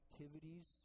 activities